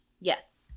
Yes